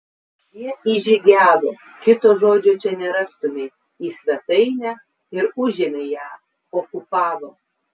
jie įžygiavo kito žodžio čia nerastumei į svetainę ir užėmė ją okupavo